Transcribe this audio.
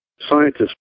scientists